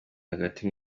hagati